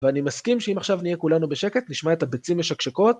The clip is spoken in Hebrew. ואני מסכים שאם עכשיו נהיה כולנו בשקט נשמע את הבצים משקשקות.